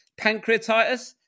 pancreatitis